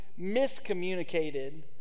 miscommunicated